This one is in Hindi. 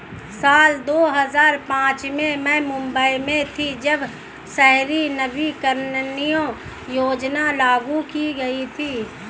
साल दो हज़ार पांच में मैं मुम्बई में थी, जब शहरी नवीकरणीय योजना लागू की गई थी